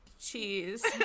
Cheese